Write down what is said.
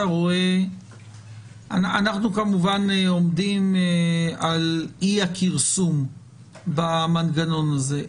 אנחנו כמובן עומדים על אי הכרסום במנגנון הזה.